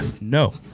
No